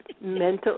mental